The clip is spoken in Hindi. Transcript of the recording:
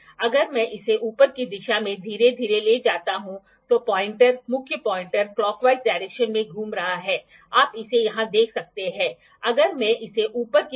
इसलिए यदि दो रेखाएं यदि परिभाषा ठीक से नहीं की गई है तो दो रेखाओं के बीच खुलने से जो कभी नहीं मिलती हैं आपको कभी एंगल नहीं मिलेगा